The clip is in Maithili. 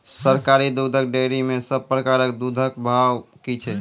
सरकारी दुग्धक डेयरी मे सब प्रकारक दूधक भाव की छै?